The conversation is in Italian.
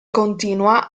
continua